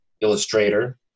illustrator